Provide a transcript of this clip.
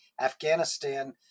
Afghanistan